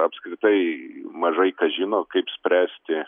apskritai mažai kas žino kaip spręsti